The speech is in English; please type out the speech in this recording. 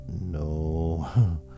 no